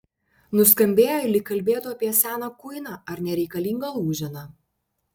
nuskambėjo lyg kalbėtų apie seną kuiną ar nereikalingą lūženą